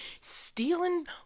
stealing